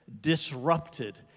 disrupted